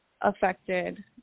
affected